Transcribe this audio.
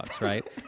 right